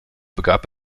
begab